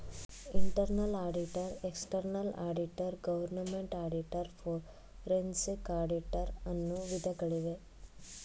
internal auditor, external auditor, government auditor, forensic auditor, ಅನ್ನು ವಿಧಗಳಿವೆ